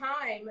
time